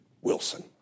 Wilson